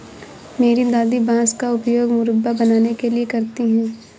मेरी दादी बांस का उपयोग मुरब्बा बनाने के लिए करती हैं